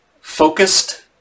focused